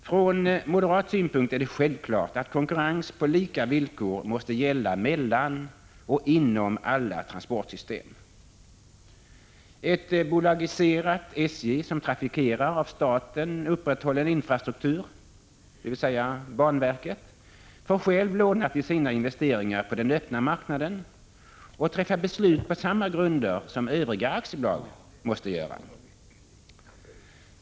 Från moderat synpunkt är det självklart att konkurrens på lika villkor måste gälla mellan och inom alla transportsystem. Ett bolagiserat SJ som trafikerar av staten upprätthållen infrastruktur, dvs. banverket, får själv låna till sina investeringar på den öppna marknaden och träffa beslut på samma grunder som övriga aktiebolag gör.